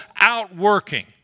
outworking